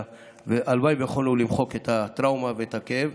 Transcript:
הלוואי שיכולנו למחוק את הטראומה ואת הכאב,